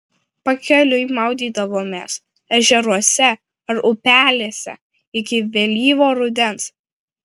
pakeliui maudydavomės ežeruose ar upelėse iki vėlyvo rudens